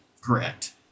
correct